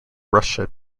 russia